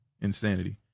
Insanity